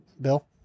bill